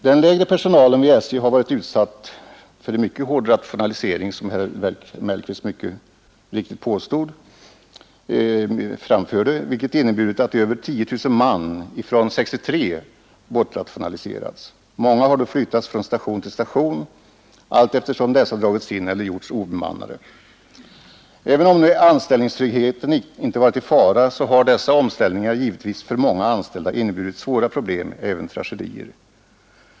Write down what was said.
Den lägre personalen vid SJ har varit utsatt för en mycket hård rationalisering — som herr Mellqvist mycket riktigt påpekade — vilket inneburit att över 10 000 man bortrationaliserats från 1963. Många har flyttats från station till station allteftersom dessa dragits in eller gjorts obemannade. Även om anställningstryggheten icke varit i fara så har dessa omställningar givetvis för många anställda inneburit svåra problem, ja även tragedier.